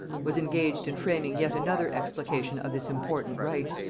was engaged in framing yet another explication of this important rite,